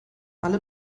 alle